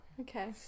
Okay